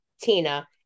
Tina